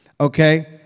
Okay